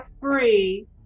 free